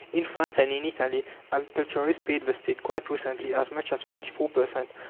in france and in italy agriculturists paid the state quite recently as much as forty four per cent.